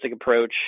approach